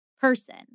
Person